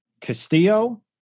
Castillo